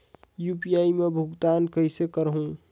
UPI मा भुगतान कइसे करहूं?